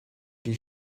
die